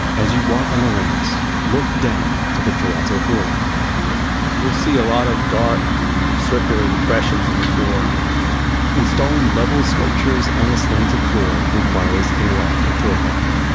as you walk on the ramps, look down to the terrazzo floor you'll see a lot of dark circular depressions in the floor installing level sculptures on a slanted floor requires a lot of forethought,